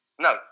No